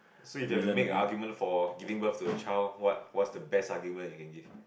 so you got to make a argument for giving birth to a child what what's the best argument you can give